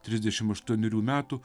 trisdešim aštuonerių metų